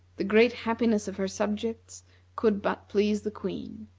the great happiness of her subjects could but please the queen.